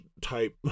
type